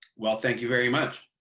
well, thank you very much.